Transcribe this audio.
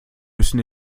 müssen